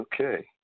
Okay